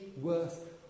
worth